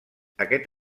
aquest